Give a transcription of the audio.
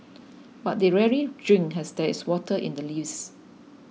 but they rarely drink as there is water in the leaves